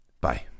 Bye